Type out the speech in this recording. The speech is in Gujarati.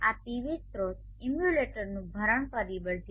આ પીવી સ્રોત ઇમ્યુલેટરનું ભરણ પરિબળ 0